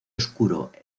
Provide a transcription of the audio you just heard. oscuro